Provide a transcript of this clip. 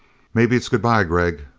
maybe it's good-bye, gregg.